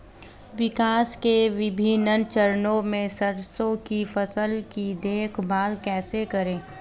विकास के विभिन्न चरणों में सरसों की फसल की देखभाल कैसे करें?